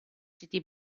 city